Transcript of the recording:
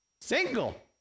single